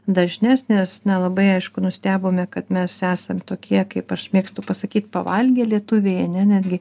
dažnesnės na labai aišku nustebome kad mes esam tokie kaip aš mėgstu pasakyti pavalgę lietuviai a ne netgi